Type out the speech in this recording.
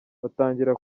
batangira